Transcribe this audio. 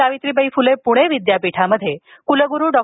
सावित्रीबाई फुले पुणे विद्यापीठात कुलग़रू डॉ